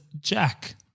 Jack